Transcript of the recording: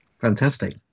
fantastic